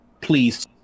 please